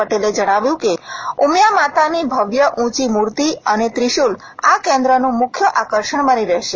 પટેલે જણાવ્યું કે ઉમિયા માતાની ભવ્ય ઊંચી મૂર્તિ અને ત્રિશુલ આ કેન્દ્રનું મુખ્ય આકર્ષણ બની રહેશે